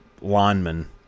linemen